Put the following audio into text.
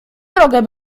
drogę